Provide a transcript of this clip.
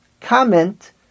comment